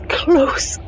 close